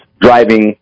driving